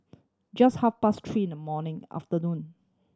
just half past three in the morning afternoon